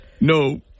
no